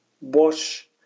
wash